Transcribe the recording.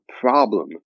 problem